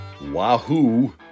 wahoo